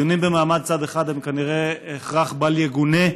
דיונים במעמד צד אחד הם כנראה הכרח בל יגונה.